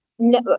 No